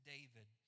David